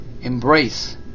embrace